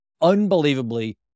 unbelievably